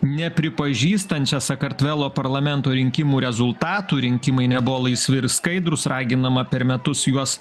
nepripažįstančią sakartvelo parlamento rinkimų rezultatų rinkimai nebuvo laisvi ir skaidrūs raginama per metus juos